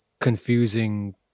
confusing